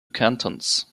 cantons